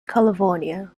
california